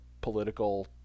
political